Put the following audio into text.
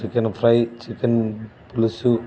chicken fry chicken పులుసు